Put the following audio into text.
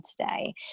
today